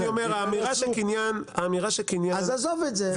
האמירה של קניין --- אז עזוב את זה,